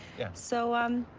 yeah. so, um